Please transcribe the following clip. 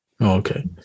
Okay